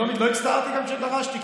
לא הצטערתי גם כשדרשתי,